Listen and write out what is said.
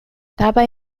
dabei